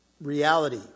reality